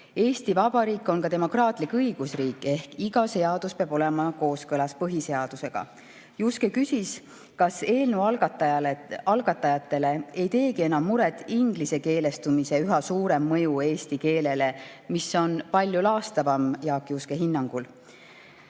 Eesti Vabariik on ka demokraatlik õigusriik ehk iga seadus peab olema kooskõlas põhiseadusega. Juske küsis, kas eelnõu algatajatele ei teegi enam muret inglisekeelestumise üha suurem mõju eesti keelele, mis on Jaak Juske hinnangul